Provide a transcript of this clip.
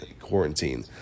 quarantine